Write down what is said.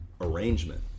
arrangement